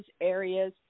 areas